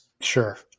Sure